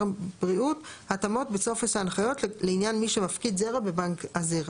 הבריאות התאמות בטופס ההנחיות לעניין מי שמפקיד זרע בבנק הזרע.